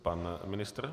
Pan ministr?